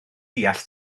deall